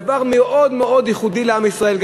דבר מאוד מאוד ייחודי לעם ישראל,